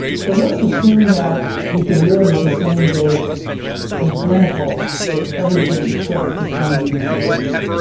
so let's assume that we could live the same day identical for everything, except this one manipulation.